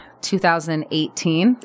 2018